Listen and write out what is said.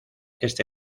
este